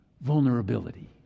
vulnerability